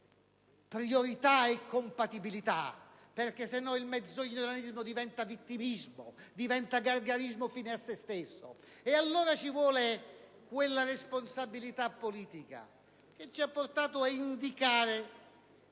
Priorità è compatibilità, perché altrimenti il "mezzogiornismo" diventa vittimismo, diventa gargarismo fine a se stesso, e allora ci vuole quella responsabilità politica che ci ha portato ad indicare